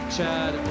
Chad